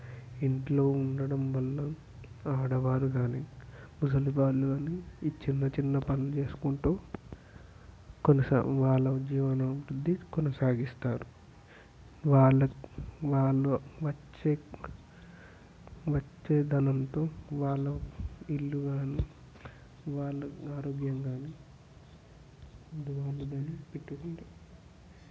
ఇంట్లో ఉండడం వల్ల ఆడవారు కానీ ముసలి వాళ్ళు కానీ ఈ చిన్న చిన్న పనులు చేసుకుంటూ కొన్నిసార్లు వాళ్ళు ఉద్యోగంలో ఉండి కొనసాగిస్తారు వాళ్ళు వాళ్ళు వచ్చి వచ్చే ధనంతో వాళ్ళ ఇల్లు కానీ వాళ్ళ ఆరోగ్యం కానీ ఇదే వాళ్ళ పెట్టుబడి